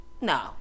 no